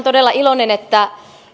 todella iloinen että